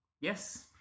Yes